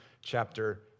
chapter